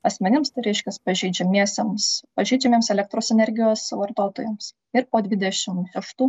asmenims tai reiškias pažeidžiamiesiems pažeidžiamiems elektros energijos vartotojams ir po dvidešim eštų